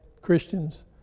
Christians